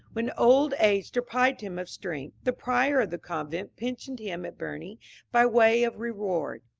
when old age deprived him of strength, the prior of the convent pensioned him at berne by way of reward.